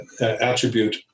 attribute